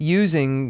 using